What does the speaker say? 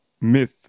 myth